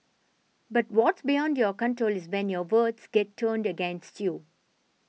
but what's beyond your control is when your words get turned against you